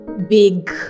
big